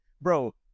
Bro